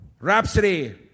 Rhapsody